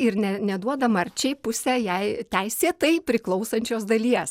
ir ne neduoda marčiai pusę jai teisėtai priklausančios dalies